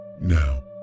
Now